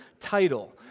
title